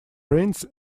prince